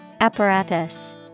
Apparatus